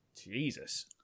Jesus